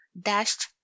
dashed